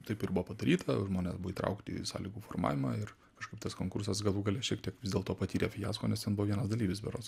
taip ir buvo padaryta žmonės buvo įtraukti į sąlygų formavimą ir kažkaip tas konkursas galų gale šiek tiek vis dėlto patyrė fiasko nes ten buvo vienas dalyvis berods